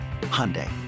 Hyundai